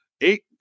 eight